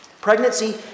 Pregnancy